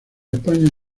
españa